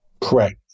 Correct